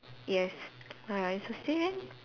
yes uh it's the same eh